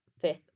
fifth